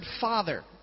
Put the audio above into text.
Father